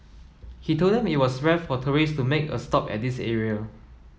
he told them that it was rare for tourist to make a stop at this area